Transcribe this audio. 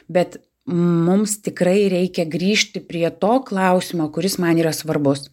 bet mums tikrai reikia grįžti prie to klausimo kuris man yra svarbus